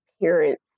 appearance